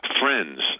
friends